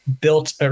built